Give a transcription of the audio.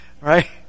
right